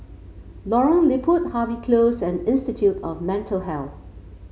Lorong Liput Harvey Close and Institute of Mental Health